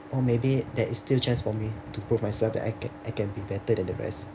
or maybe that is still chance for me to prove myself that I can I can be better than the rest